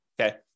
okay